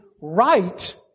right